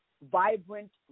vibrant